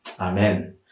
Amen